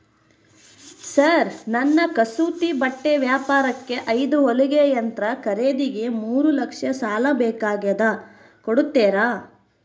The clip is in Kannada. ಸರ್ ನನ್ನ ಕಸೂತಿ ಬಟ್ಟೆ ವ್ಯಾಪಾರಕ್ಕೆ ಐದು ಹೊಲಿಗೆ ಯಂತ್ರ ಖರೇದಿಗೆ ಮೂರು ಲಕ್ಷ ಸಾಲ ಬೇಕಾಗ್ಯದ ಕೊಡುತ್ತೇರಾ?